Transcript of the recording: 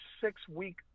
six-week